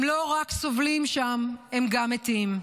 הם לא רק סובלים שם, הם גם מתים.